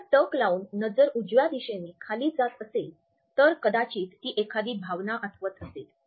जर टक लावून नजर उजव्या दिशेने खाली जात असेल तर कदाचित ती एखादी भावना आठवत असेल